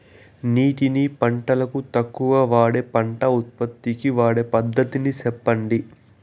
నీటిని పంటలకు తక్కువగా వాడే పంట ఉత్పత్తికి వాడే పద్ధతిని సెప్పండి?